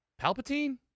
palpatine